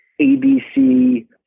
ABC